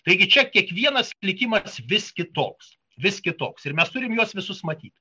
taigi čia kiekvienas likimas vis kitoks vis kitoks ir mes turim juos visus matyt